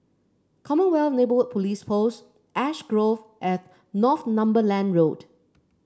Commonwealth Neighbourhood Police Post Ash Grove at Northumberland Road